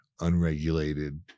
unregulated